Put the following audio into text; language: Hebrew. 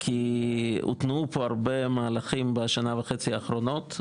כי הותנעו פה הרבה מהלכים בשנה וחצי האחרונות,